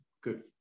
good